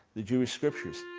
the jewish scriptures.